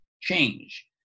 change